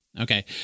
Okay